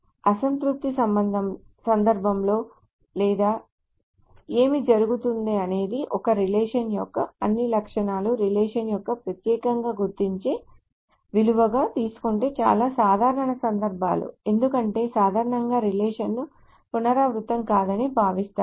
అసంతృప్తి సందర్భంలో లేదా ఏమి జరుగుతుంద నేది ఒక రిలేషన్ యొక్క అన్ని లక్షణాలను రిలేషన్ యొక్క ప్రత్యేకంగా గుర్తించే విలువగా తీసుకుంటే చాలా సాధారణ సందర్భాలు ఎందుకంటే సాధారణంగా రిలేషన్లు పునరావృతం కాదని భావిస్తారు